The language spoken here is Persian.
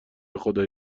بخدا